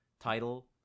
title